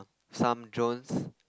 some drones